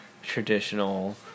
traditional